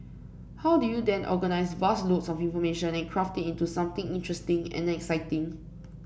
how do you then organise vast loads of information and craft it into something interesting and exciting